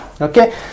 okay